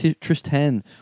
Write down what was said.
Tristan